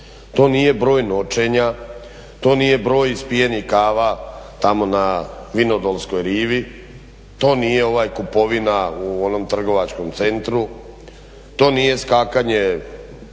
to nije broj noćenja, to nije broj ispijenih kava tamo na vinodolskoj rivi, to nije kupovina u onom trgovačkom centru, to nije skakanje